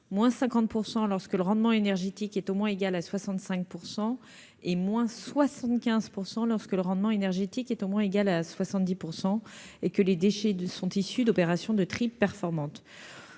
moins 50 % lorsque le rendement énergétique est au moins égal à 65 % et moins 75 % lorsque le rendement énergétique est au moins égal à 70 % et que les déchets sont issus d'opérations de tri performantes.